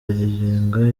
rirenga